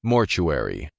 Mortuary